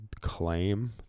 claim